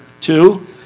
Two